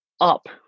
up